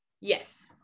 yes